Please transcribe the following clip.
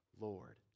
Lord